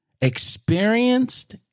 experienced